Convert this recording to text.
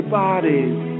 bodies